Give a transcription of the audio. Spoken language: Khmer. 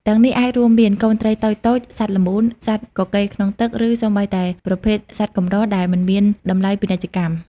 ទាំងនេះអាចរួមមាន កូនត្រីតូចៗ សត្វល្មូន សត្វកកេរក្នុងទឹក ឬសូម្បីតែប្រភេទសត្វកម្រដែលមិនមានតម្លៃពាណិជ្ជកម្ម។